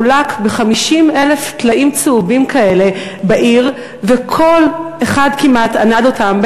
חולקו 50,000 טלאים צהובים כאלה בעיר וכל אחד כמעט ענד אותם,